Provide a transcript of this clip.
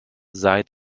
seid